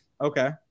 Okay